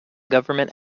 government